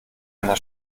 einer